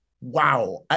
wow